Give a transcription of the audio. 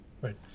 Right